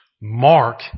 Mark